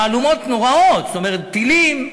מהלומות נוראות, זאת אומרת טילים,